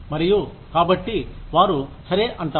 మరియు కాబట్టి వారు సరే అంటారు